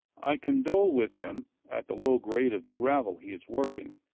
i condole with him at the low grade of the gravel he is working,